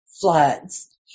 floods